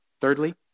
Thirdly